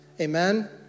Amen